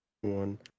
one